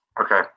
Okay